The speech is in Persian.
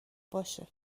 باشه